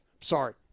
Sorry